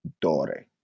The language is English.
Dore